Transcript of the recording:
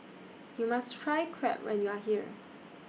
YOU must Try Crepe when YOU Are here